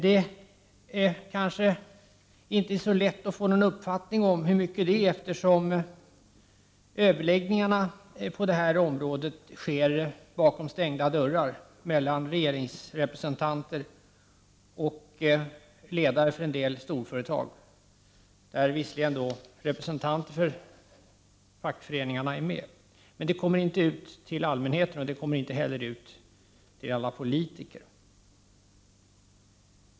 Det är kanske inte så lätt att få någon uppfattning om hur mycket som har hänt, eftersom överläggningarna sker bakom stängda dörrar mellan regeringsrepresentanter och ledare för en del storföretag. Representanter för fackföreningarna är visserligen med, men de resonemang som förs kommer inte ut till allmänheten och inte heller till alla politiker.